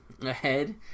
ahead